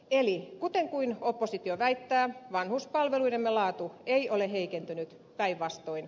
eli toisin kuin oppositio väittää vanhuspalveluidemme laatu ei ole heikentynyt päinvastoin